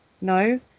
no